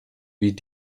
wie